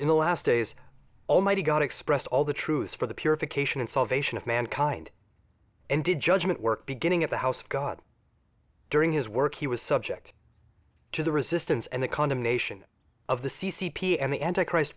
in the last days almighty god expressed all the truths for the purification and salvation of mankind and did judgment work beginning at the house of god during his work he was subject to the resistance and the condemnation of the c c p and the anti christ